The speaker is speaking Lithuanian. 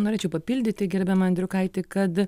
norėčiau papildyti gerbiamą andriukaitį kad